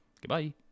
Goodbye